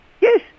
Yes